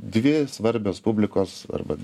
dvi svarbios publikos arba